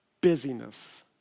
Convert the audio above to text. busyness